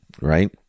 right